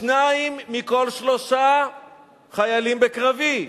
שניים מכל שלושה חיילים בקרבי,